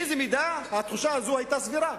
באיזו מידה התחושה הזאת היתה סבירה